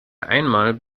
einmal